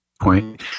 point